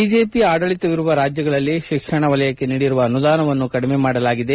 BJP ಆಡಳಿತವಿರುವ ರಾಜ್ಯಗಳಲ್ಲಿ ಶಿಕ್ಷಣ ವಲಯಕ್ಕೆ ನೀಡಿರುವ ಅನುದಾನವನ್ನು ಕಡಿಮೆ ಮಾಡಲಾಗಿದೆ